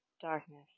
darkness